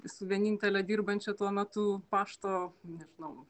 su vienintele dirbančią tuo metu pašto nežinau